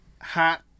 Hot